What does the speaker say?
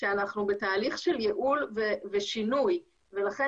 שאנחנו בתהליך של ייעול ושינוי ולכן